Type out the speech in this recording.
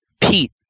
Pete